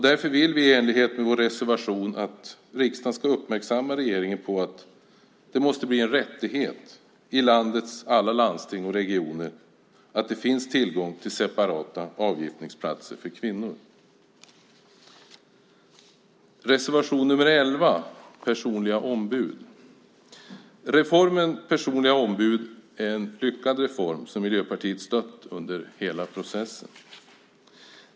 Därför vill vi i enlighet med vår reservation att riksdagen ska uppmärksamma regeringen på att det måste bli en rättighet i landets alla landsting och regioner att det finns tillgång till separata avgiftningsplatser för kvinnor. Reservation nr 11 handlar om personliga ombud. Reformen med personliga ombud är en lyckad reform, som Miljöpartiet har stött under hela processen.